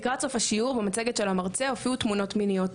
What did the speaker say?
לקראת סוף השיעור במצגת של המרצה הופיעו תמונות מיניות.